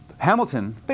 Hamilton